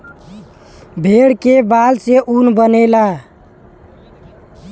भेड़ के बाल से ऊन बनेला